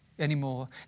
anymore